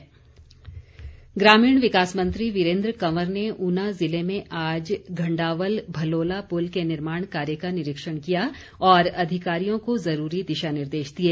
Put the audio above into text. वीरेन्द्र कंवर ग्रामीण विकास मंत्री वीरेन्द्र कंवर ने ऊना ज़िले में आज घंडावल भलोला पुल के निर्माण कार्य का निरीक्षण किया और अधिकारियों को ज़रूरी दिशा निर्देश दिए